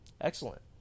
Excellent